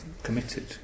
Committed